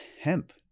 hemp